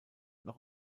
noch